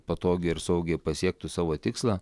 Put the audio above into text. patogiai ir saugiai pasiektų savo tikslą